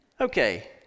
okay